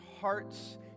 hearts